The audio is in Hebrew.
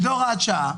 שזה הוראת שעה,